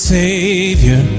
savior